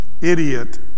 idiot